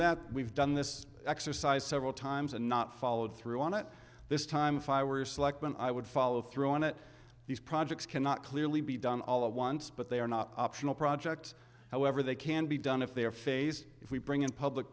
that we've done this exercise several times and not followed through on it this time if i were selectman i would follow through on it these projects cannot clearly be done all at once but they are not optional projects however they can be done if they are phase if we bring in public